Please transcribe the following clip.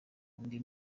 undi